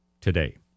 today